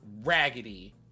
Raggedy